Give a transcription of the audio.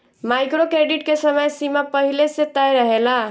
micro credit के समय सीमा पहिले से तय रहेला